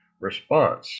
response